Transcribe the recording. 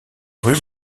rue